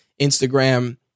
Instagram